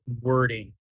wording